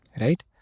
right